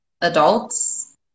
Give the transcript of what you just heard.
adults